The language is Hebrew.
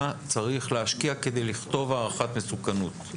צריך להשקיע כדי לכתוב הערכת מסוכנות,